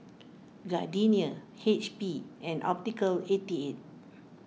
Gardenia H P and Optical eighty eight